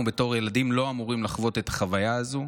אנחנו בתור ילדים לא אמורים לחוות את החוויה הזו.